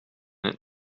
het